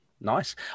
nice